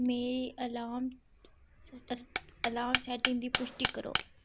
मेरी alarm setting दी पुश्टी करो